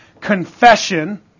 confession